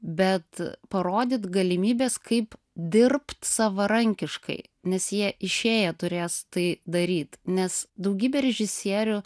bet parodyt galimybes kaip dirbt savarankiškai nes jie išėję turės tai daryt nes daugybė režisierių